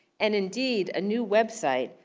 and indeed, a new website,